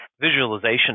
visualization